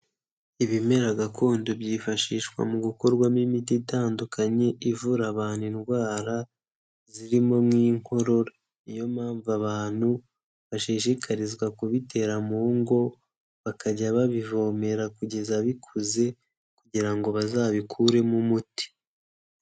Ibimera gakondo byifashishwa mu gukorwamo imiti itandukanye ivura abantu indwara, zirimo nk'inkorora, niyo mpamvu abantu bashishikarizwa kubitera mu ngo, bakajya babivomera kugeza bikuze kugira ngo bazabikuremo umuti.